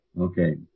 okay